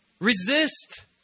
Resist